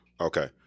Okay